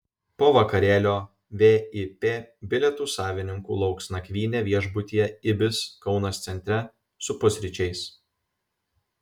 po vakarėlio vip bilietų savininkų lauks nakvynė viešbutyje ibis kaunas centre su pusryčiais